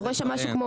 אתה רואה שם משהו כמו